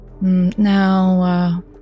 Now